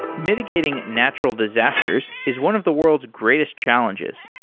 mitigating natural disasters is one of the world's greatest challenges.